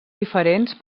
diferents